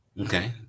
Okay